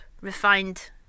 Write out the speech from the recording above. refined